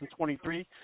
2023